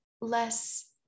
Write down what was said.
less